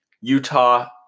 Utah